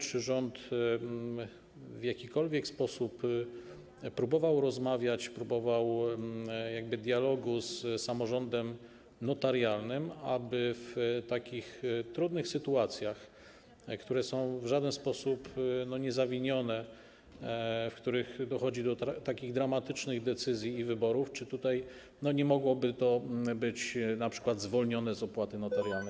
Czy rząd w jakikolwiek sposób próbował rozmawiać, próbował dialogu z samorządem notarialnym, aby w takich trudnych sytuacjach, które są w żaden sposób niezawinione, w których dochodzi do takich dramatycznych decyzji i wyborów, mogło to być np. zwolnione z opłaty notarialnej?